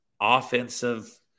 offensive